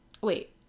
wait